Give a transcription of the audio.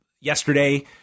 yesterday